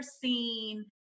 seen